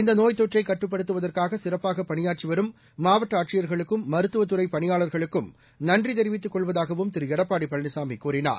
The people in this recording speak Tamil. இந்த நோய் தொற்றை கட்டுப்படுத்துவதற்காக சிறப்பாக பணியாற்றி வரும் மாவட்ட ஆட்சியா்களுக்கும் மருத்துவத்துறை பணியாளா்களுக்கும் நன்றி தெரிவித்துக் கொள்வதாகவும் திரு எடப்பாடி பழனிசாமி கூறினார்